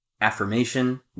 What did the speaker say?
affirmation